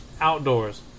outdoors